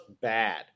bad